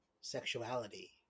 sexuality